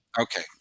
okay